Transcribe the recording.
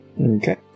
Okay